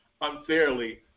unfairly